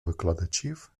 викладачів